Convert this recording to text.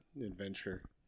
Adventure